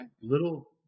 little